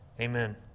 amen